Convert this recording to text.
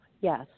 Yes